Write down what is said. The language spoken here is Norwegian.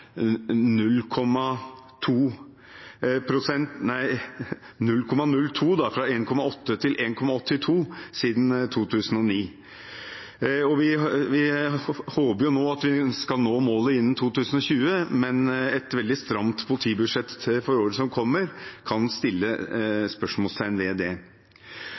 fra 1,8 til 1,82, siden 2009. Vi håper nå at vi skal nå målet innen 2020, men et veldig stramt politibudsjett for året som kommer, gjør at det kan settes spørsmålstegn ved det.